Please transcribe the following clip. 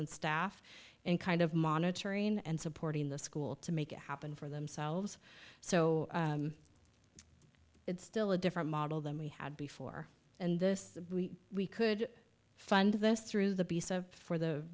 and staff and kind of monitoring and supporting the school to make it happen for themselves so it's still a different model than we had before and this we could fund this through the piece of for